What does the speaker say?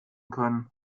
können